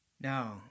Now